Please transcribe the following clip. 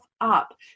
up